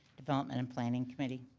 development and planning committee.